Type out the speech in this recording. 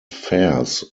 fairs